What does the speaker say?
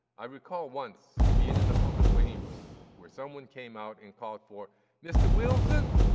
i recall once being in a public waiting room where someone came out and called for mr. wilson.